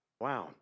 wow